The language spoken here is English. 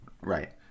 Right